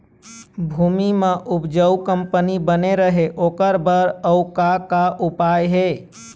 भूमि म उपजाऊ कंपनी बने रहे ओकर बर अउ का का उपाय हे?